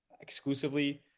exclusively